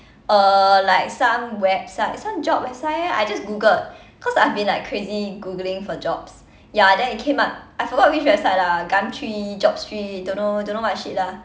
uh like some website it's some job website I just googled cause I've been like crazy googling for jobs ya then it came up I forgot which website lah gumtree jobstreet don't know don't know what shit lah